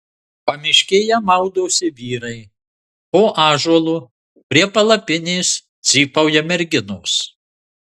pamiškėje maudosi vyrai po ąžuolu prie palapinės cypauja merginos